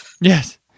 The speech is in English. Yes